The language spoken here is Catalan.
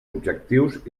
objectius